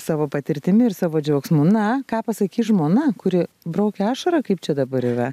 savo patirtimi ir savo džiaugsmu na ką pasakys žmona kuri braukia ašarą kaip čia dabar yra